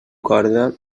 corda